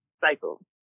cycle